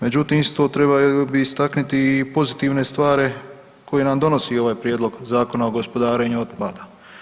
Međutim, isto trebalo bi istaknuti i pozitivne stvari koje nam donosi ovaj prijedlog Zakona o gospodarenju otpada.